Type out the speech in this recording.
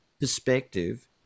perspective